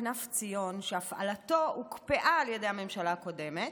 כנף ציון, שהפעלתו הוקפאה על ידי הממשלה הקודמת,